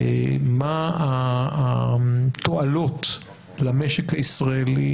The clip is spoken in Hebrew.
מה התועלות למשק הישראלי,